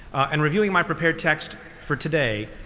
and reviewing my prepared text for today,